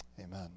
Amen